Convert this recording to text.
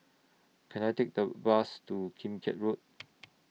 Can I Take The Bus to Kim Keat Road